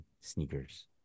sneakers